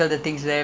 at where